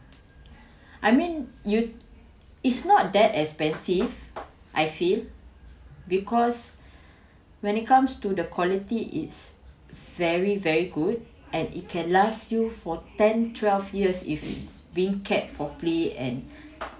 I mean you it's not that expensive I feel because when it comes to the quality is very very good and it can last you for ten twelve years if is being cared for play and